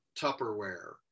Tupperware